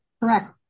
Correct